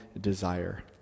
desire